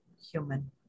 human